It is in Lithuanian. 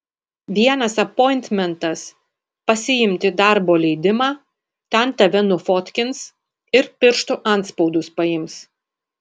vienas apointmentas pasiimti darbo leidimą ten tave nufotkins ir pirštų antspaudus paims